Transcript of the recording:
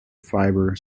fiber